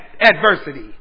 adversity